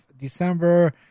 December